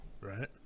Right